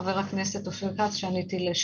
חבר הכנסת אופיר כץ.